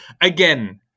Again